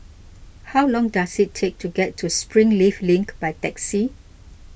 how long does it take to get to Springleaf Link by taxi